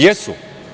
Jesu.